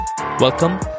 Welcome